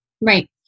Right